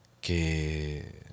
Que